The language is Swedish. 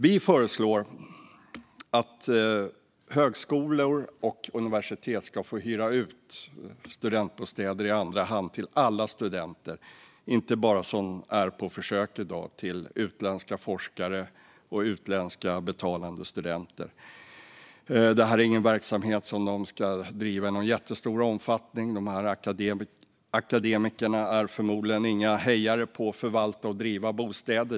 Vi föreslår att högskolor och universitet ska få hyra ut studentbostäder i andra hand till alla studenter och inte bara, vilket är på försök i dag, till utländska forskare och utländska betalande studenter. Det här är ingen verksamhet som de ska driva i någon jättestor omfattning. Dessa akademiker är förmodligen inga hejare på att förvalta och driva bostäder.